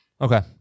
Okay